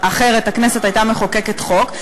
אחרת הכנסת הייתה מחוקקת חוק,